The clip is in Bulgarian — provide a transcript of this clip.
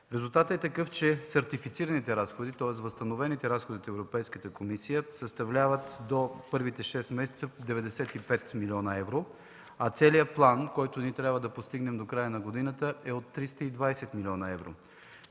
Резултатът е такъв, че сертифицираните разходи, тоест възстановените разходи от Европейската комисия съставляват до първите шест месеца 95 милиона евро, а целият план, който ние трябва да постигнем до края на годината е от 320 милиона евро.,